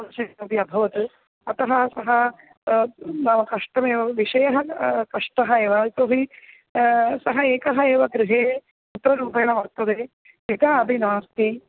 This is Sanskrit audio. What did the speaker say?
तादृशं किमपि अभवत् अतः सः मम कष्टमेव विषयः कष्टः एव इतोऽपि सः एकः एव गृहे पुत्ररूपेण वर्तते पिता अपि नास्ति